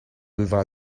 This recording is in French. devra